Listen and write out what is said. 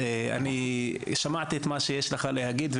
אני שמעתי את מה שיש לך להגיד,